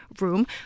room